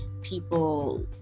people